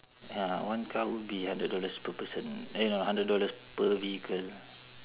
ya one car will be hundred dollars per person eh no hundred dollars per vehicle